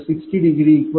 32Aआहे